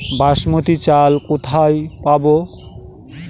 বাসমতী চাল কোথায় পাবো?